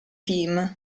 team